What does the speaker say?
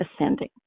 ascending